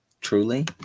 Truly